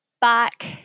back